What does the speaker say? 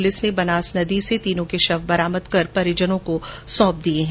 police ने बनास नदी से तीनों के शव बरामद कर परिजनों को सौंप दिये हैं